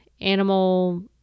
animal